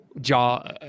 jaw